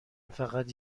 فقط